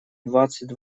двадцать